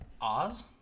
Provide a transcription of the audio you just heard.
Oz